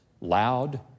Loud